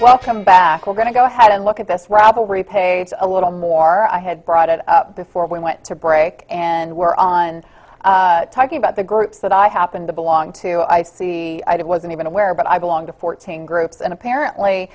welcome back we're going to go ahead and look at this rather repay a little more i had brought it up before we went to break and were on talking about the groups that i happen to belong to i see it wasn't even aware but i belong to fourteen groups and apparently